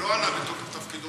הוא לא ענה בתוקף תפקידו